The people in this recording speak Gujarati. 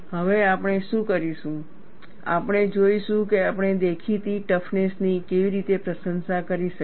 હવે આપણે શું કરીશું આપણે જોઈશું કે આપણે દેખીતી ટફનેસ ની કેવી રીતે પ્રશંસા કરી શકીએ